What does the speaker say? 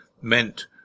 meant